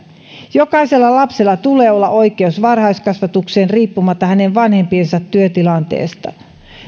jokaisella lapsella tulee olla oikeus varhaiskasvatukseen riippumatta hänen vanhempiensa työtilanteesta